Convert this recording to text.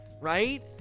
Right